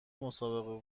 مسابقه